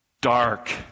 dark